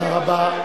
תודה רבה.